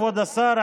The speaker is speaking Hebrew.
כבוד השר,